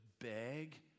beg